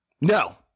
No